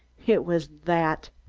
it was that.